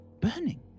burning